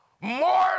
more